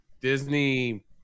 Disney